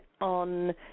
on